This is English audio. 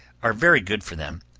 are very good for them.